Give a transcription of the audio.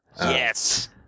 Yes